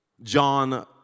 John